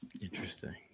Interesting